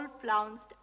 flounced